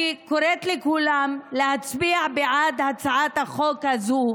אני קוראת לכולם להצביע בעד הצעת החוק הזו,